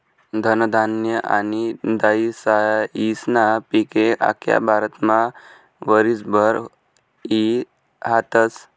धनधान्य आनी दायीसायीस्ना पिके आख्खा भारतमा वरीसभर ई हातस